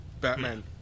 Batman